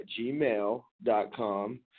gmail.com